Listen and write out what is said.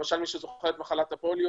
למשל מי שזוכר את מחלת הפוליו